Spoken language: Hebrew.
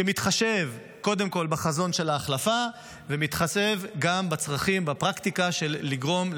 שמתחשב קודם כול בחזון של ההחלפה ומתחשב גם בצרכים בפרקטיקה של לגרום,